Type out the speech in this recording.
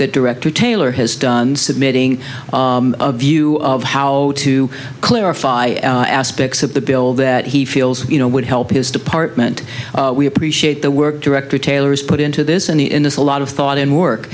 that director taylor has done submitting a view of how to clarify aspects of the bill that he feels you know would help his department we appreciate the work director taylor is put into this in the in this a lot of thought and work